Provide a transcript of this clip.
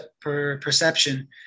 perception